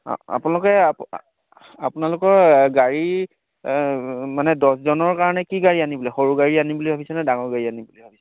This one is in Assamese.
আপোনালোকে আপোনালোকৰ গাড়ী মানে দহজনৰ কাৰণে কি গাড়ী আনিবলৈৈ সৰু গাড়ী আনিম বুলি ভাবিছেনে ডাঙৰ গাড়ী আনিম বুলি ভাবিছে